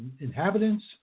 inhabitants